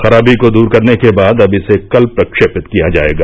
खराबी को दूर करने के बाद अब इसे कल प्रक्षेपित किया जाएगा